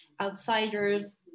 outsiders